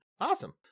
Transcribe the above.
Awesome